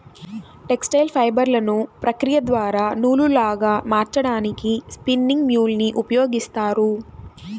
textile ఫైబర్లను ప్రక్రియ ద్వారా నూలులాగా మార్చడానికి స్పిన్నింగ్ మ్యూల్ ని ఉపయోగిస్తారు